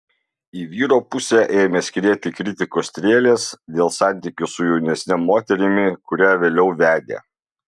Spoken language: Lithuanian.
į vyro pusę ėmė skrieti kritikos strėlės dėl santykių su jaunesne moterimi kurią vėliau vedė